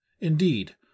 INDEED